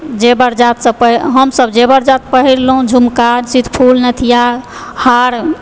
जेवर जात हमसभ जेवर जात पहिरलहुँ झुमका सितफूल नथिआ हार